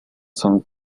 son